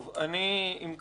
אם כך,